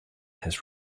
his